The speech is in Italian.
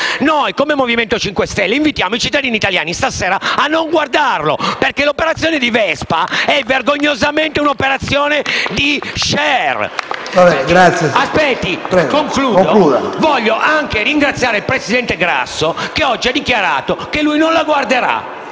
Noi, come Movimento 5 Stelle, invitiamo i cittadini italiani a non guardarlo stasera, perché l'operazione di Vespa è vergognosamente un'operazione di *share*. *(Applausi dal Gruppo M5S)*. Voglio anche ringraziare il presidente Grasso, che oggi ha dichiarato che lui non la guarderà.